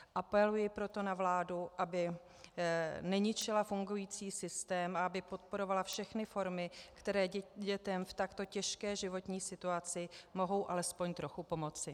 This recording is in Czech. Apeluji proto na vládu, aby neničila fungující systém a aby podporovala všechny formy, které dětem v takto těžké životní situaci mohou alespoň trochu pomoci.